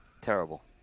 terrible